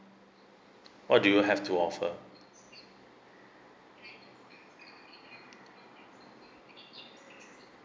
what do you have to offer